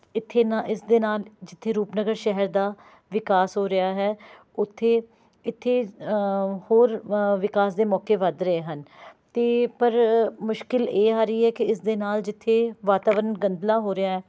ਇੱਥੇ ਇੰਨਾ ਇਸ ਦੇ ਨਾਲ ਜਿੱਥੇ ਰੂਪਨਗਰ ਸ਼ਹਿਰ ਦਾ ਵਿਕਾਸ ਹੋ ਰਿਹਾ ਹੈ ਉੱਥੇ ਇੱਥੇ ਹੋਰ ਵਿਕਾਸ ਦੇ ਮੌਕੇ ਵੱਧ ਰਹੇ ਹਨ ਅਤੇ ਪਰ ਮੁਸ਼ਕਿਲ ਇਹ ਆ ਰਹੀ ਹੈ ਕਿ ਇਸ ਦੇ ਨਾਲ ਜਿੱਥੇ ਵਾਤਾਵਰਨ ਗੰਧਲਾ ਹੋ ਰਿਹਾ ਹੈ